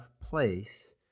place